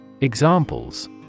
Examples